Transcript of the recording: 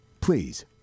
Please